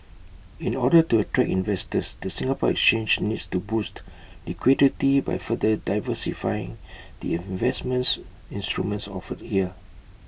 in order to attract investors the Singapore exchange needs to boost liquidity by further diversifying the investments instruments offered here